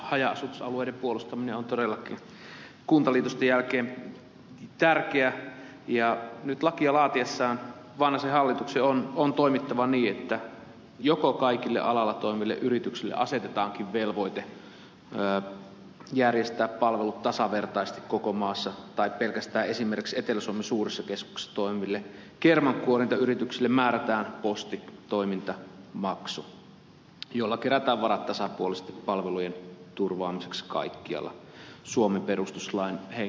haja asutusalueiden puolustaminen on todellakin kuntaliitosten jälkeen tärkeää ja nyt lakia laatiessaan vanhasen hallituksen on toimittava niin että joko kaikille alalla toimiville yrityksille asetetaankin velvoite järjestää palvelut tasavertaisesti koko maassa tai pelkästään esimerkiksi etelä suomen suurissa keskuksissa toimiville kermankuorintayrityksille määrätään postitoimintamaksu jolla kerätään varat tasapuolisesti palvelujen turvaamiseksi kaikkialla suomen perustuslain hengen mukaisesti